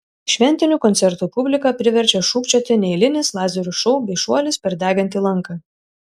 šventinių koncertų publiką priverčia šūkčioti neeilinis lazerių šou bei šuolis per degantį lanką